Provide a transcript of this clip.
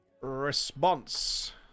Response